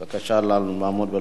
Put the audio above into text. בבקשה לעמוד בלוח הזמנים.